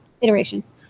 iterations